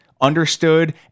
understood